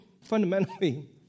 fundamentally